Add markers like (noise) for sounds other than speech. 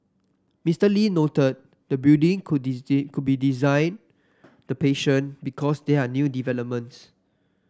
Mister Lee noted the building could (unintelligible) could be designed the patient because there are new developments